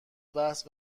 بحث